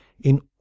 in